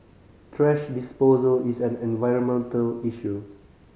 thrash disposal is an environmental issue